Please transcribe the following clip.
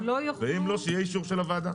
ואם לא שיהיה אישור של הוועדה.